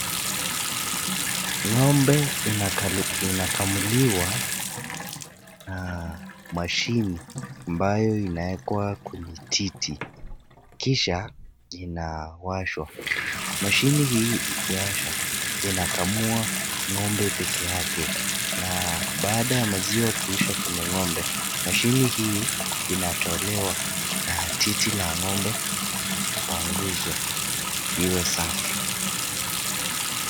Ng'ombe inakumuliwa na mashine ambayo inawekwa kwenye titi kisha inawashwa. Mashine hii ikiwasha inakamua ng'ombe pekee yake na baada ya maziwa kutoka kwenye ng'ombe mashine hii inatolewa na titi la ng'ombe linapanguzwa liwe safi.